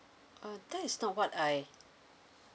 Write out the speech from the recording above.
uh that is not what I